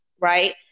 right